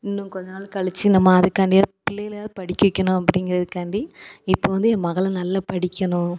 இன்னும் கொஞ்ச நாள் கழித்து நம்ம அதுக்காண்டியாவது பிள்ளைகளையாவது படிக்க வைக்கணும் அப்படிங்கிறதுக்காண்டி இப்போது வந்து என் மகளை நல்லா படிக்கணும்